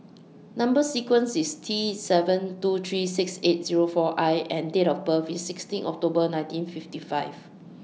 Number sequence IS T seven two three six eight Zero four I and Date of birth IS sixteen October nineteen fifty five